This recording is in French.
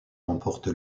remporte